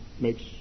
makes